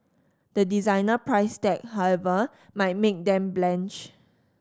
the designer price tag however might make them blanch